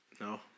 no